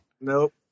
Nope